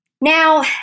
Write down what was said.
Now